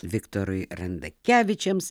viktorui randakevičiams